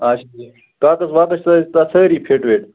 اَچھا کاغذ واغذ چھا تَتھ سأرِی فِٹ وِٹ